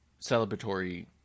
Celebratory